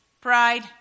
pride